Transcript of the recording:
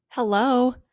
Hello